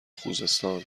خوزستان